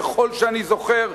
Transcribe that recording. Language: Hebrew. ככל שאני זוכר,